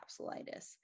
capsulitis